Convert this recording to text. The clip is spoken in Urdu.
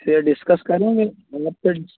سے ڈسکس کریں گے مطلب پھر